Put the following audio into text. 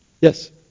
Yes